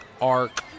arc